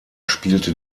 spielte